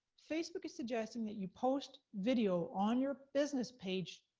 facebook is suggesting that you post video on your business page,